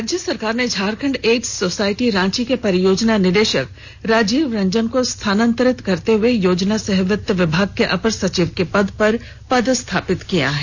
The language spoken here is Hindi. राज्य सरकार ने झारखंड एड्स सोसाइटी रांची के परियोजना निदेशक राजीव रंजन को स्थानांतरित करते हुए योजना सह वित्त विभाग का अपर सचिव के पद पर पदस्थापित किया है